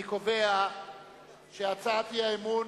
אני קובע שהצעת האי-אמון